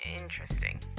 Interesting